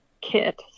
kit